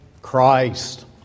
Christ